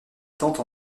tante